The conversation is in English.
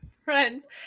Friends